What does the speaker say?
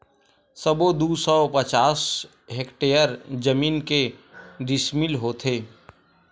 सबो दू सौ पचास हेक्टेयर जमीन के डिसमिल होथे?